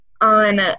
on